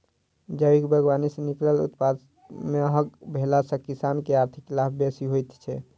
जैविक बागवानी सॅ निकलल उत्पाद महग भेला सॅ किसान के आर्थिक लाभ बेसी होइत छै